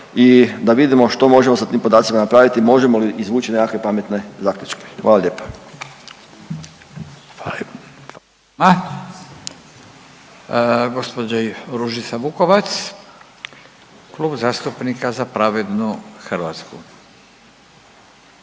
i da vidimo što možemo sa tim podacima napraviti, možemo li izvući nekakve pametne zaključke. Hvala lijepa. **Radin, Furio (Nezavisni)** Hvala lijepa. Gospođa Ružica Vukovac, Klub zastupnika Za pravednu Hrvatsku.